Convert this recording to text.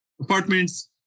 apartments